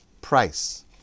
price